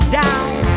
down